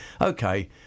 Okay